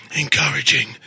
encouraging